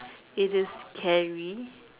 it is scary